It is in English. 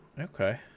Okay